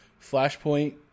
Flashpoint